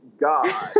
God